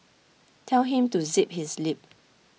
tell him to zip his lip